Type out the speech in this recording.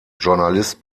journalist